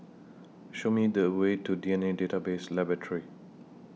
Show Me The Way to D N A Database Laboratory